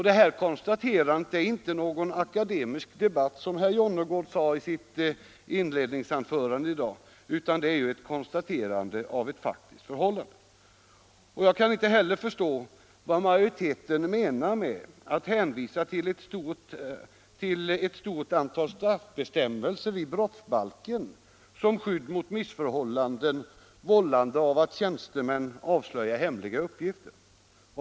Detta konstaterande är inte, som herr Jonnergård sade i sitt inledningsanförande i dag, någon akademisk debatt, utan det är ett konstaterande av ett faktiskt förhållande. Jag kan inte heller förstå vad majoriteten menar med att hänvisa till ett stort antal straffbestämmelser i brottsbalken som skydd mot missförhållanden, vållade av att tjänstemän avslöjar hemliga uppgifter.